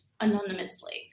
anonymously